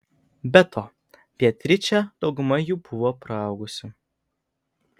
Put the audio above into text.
be to beatričė daugumą jų buvo praaugusi